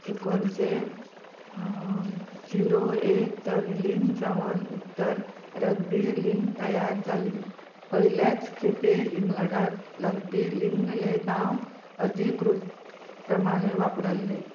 एकुणशे झिरो एक त विलीन जावन उत्तर रगबी लिग तयार जाली पयलेच खेपे इंग्लंडांत रगबी लिग हे नांव अधिकृत प्रमाणें वापरलें